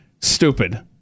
stupid